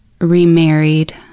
remarried